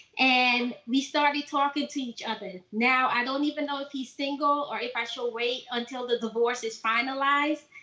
and we started talking to each other. now i don't even know if he's single or if i should wait until the divorce is finalized.